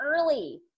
early